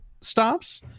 stops